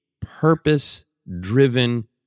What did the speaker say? purpose-driven